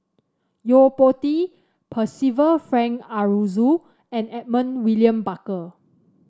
Yo Po Tee Percival Frank Aroozoo and Edmund William Barker